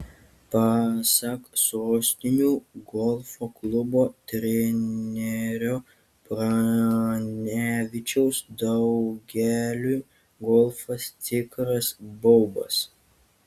pasak sostinių golfo klubo trenerio pranevičiaus daugeliui golfas tikras baubas